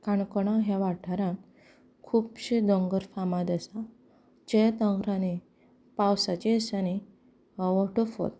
काणकोणा ह्या वाटारां खुबशे दोंगर फामाद आसा जे दोंगरांनी पावसाच्या दिसांनी वॉटरफॉल